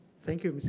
thank you, ms.